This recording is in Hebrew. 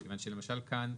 מכיוון שלמשל כאן,